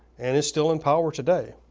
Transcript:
and is still in power today.